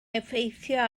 effeithio